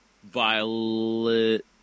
Violet